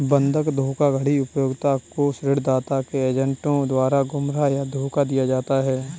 बंधक धोखाधड़ी उपभोक्ता को ऋणदाता के एजेंटों द्वारा गुमराह या धोखा दिया जाता है